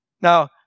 Now